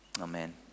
amen